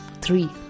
three